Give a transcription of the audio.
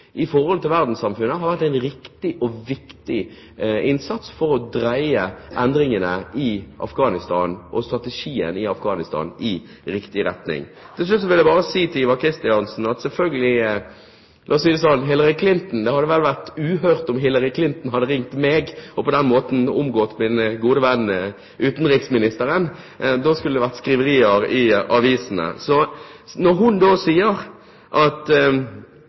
til verdenssamfunnet, har vært en riktig og viktig innsats for å dreie endringene og strategien i Afghanistan i riktig retning. Til slutt vil jeg bare si til Ivar Kristiansen: Det hadde vært uhørt om Hillary Clinton hadde ringt meg og på den måten omgått min gode venn utenriksministeren. Da skulle det ha blitt skriverier i avisene. Når hun sier at